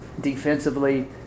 Defensively